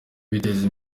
biteza